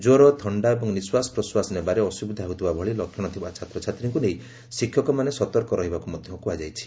ଜ୍ୱର ଥଣ୍ଡା ଏବଂ ନିଶ୍ୱାସ ପ୍ରଶ୍ୱାସ ନେବାରେ ଅସୁବିଧା ହେଉଥିବା ଭଳି ଲକ୍ଷଣ ଥିବା ଛାତ୍ରଛାତ୍ରୀଙ୍କୁ ନେଇ ଶିକ୍ଷକମାନେ ସତର୍କ ରହିବାକୁ ମଧ୍ୟ କୁହାଯାଇଛି